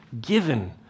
given